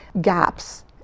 gaps